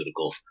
Pharmaceuticals